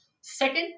Second